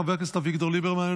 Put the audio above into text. חבר הכנסת אביגדור ליברמן,